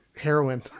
heroin